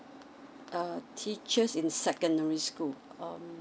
err teachers in secondary school um